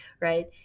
right